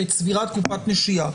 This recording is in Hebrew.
צבירת קופת נשייה,